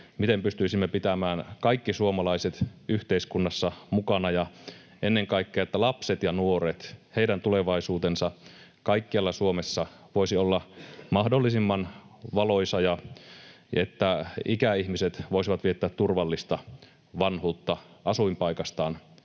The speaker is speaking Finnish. miten pystyisimme pitämään kaikki suomalaiset yhteiskunnassa mukana ja, ennen kaikkea, että lasten ja nuorten tulevaisuus kaikkialla Suomessa voisi olla mahdollisimman valoisa ja että ikäihmiset voisivat viettää turvallista vanhuutta asuinpaikastaan